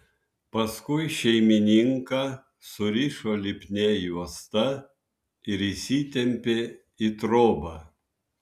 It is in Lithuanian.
paskui šeimininką surišo lipnia juosta ir įsitempė į trobą